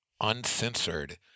uncensored